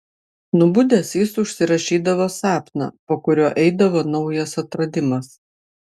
nubudęs jis užsirašydavo sapną po kurio eidavo naujas atradimas